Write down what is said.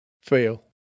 fail